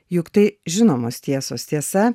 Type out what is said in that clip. juk tai žinomos tiesos tiesa